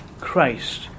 Christ